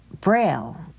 Braille